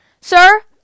Sir